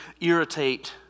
irritate